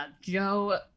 Joe